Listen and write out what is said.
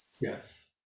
Yes